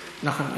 נכון,